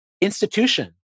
institution